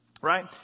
right